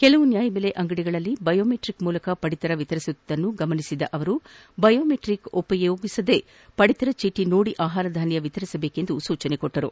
ಕೆಲವು ನ್ಕಾಯಬೆಲೆ ಅಂಗಡಿಗಳಲ್ಲಿ ಬಯೋಮೆಟ್ರಕ್ ಮೂಲಕ ಪಡಿತರ ವಿತರಿಸುತ್ತಿದ್ದುದ್ದನ್ನು ಗಮನಿಸಿದ ಸಚಿವರು ಬಯೋಮಟ್ರಕ್ ಉಪಯೋಗಿಸದೇ ಪಡಿತರ ಚೀಟಿ ನೋಡಿ ಆಹಾರಧಾನ್ಯ ವಿತರಿಸುವಂತೆ ಸೂಚಿಸಿದರು